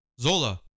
Zola